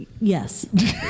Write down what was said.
Yes